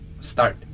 start